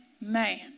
man